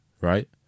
right